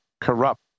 corrupt